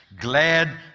Glad